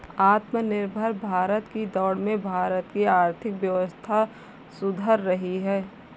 आत्मनिर्भर भारत की दौड़ में भारत की आर्थिक व्यवस्था सुधर रही है